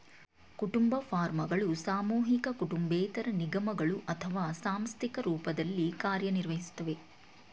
ಕುಟುಂಬ ಫಾರ್ಮ್ಗಳು ಸಾಮೂಹಿಕ ಕುಟುಂಬೇತರ ನಿಗಮಗಳು ಅಥವಾ ಸಾಂಸ್ಥಿಕ ರೂಪದಲ್ಲಿ ಕಾರ್ಯನಿರ್ವಹಿಸ್ತವೆ